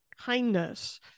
kindness